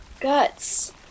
Guts